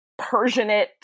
Persianate